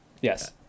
Yes